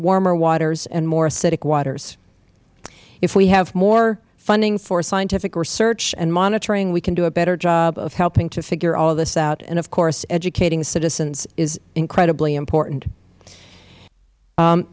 warmer waters and more acidic waters if we have more funding for scientific research and monitoring we can do a better job of helping to figure all this out and of course educating citizens is incredibly important